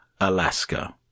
Alaska